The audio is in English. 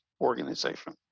organization